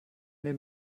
den